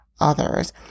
others